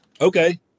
Okay